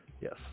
yes